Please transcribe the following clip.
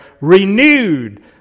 renewed